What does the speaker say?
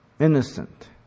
innocent